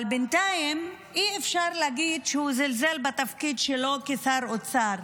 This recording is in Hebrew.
אבל בינתיים אי-אפשר להגיד שהוא זלזל בתפקיד שלו כשר אוצר.